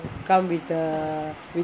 come with uh